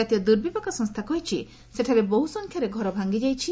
କାତୀୟ ଦୁର୍ବିପାକ ସଂସ୍ଥା କହିଛି ସେଠାରେ ବହୁସଂଖ୍ୟାରେ ଘର ଭାଙ୍ଗିଯାଇଛି